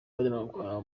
bajyanwa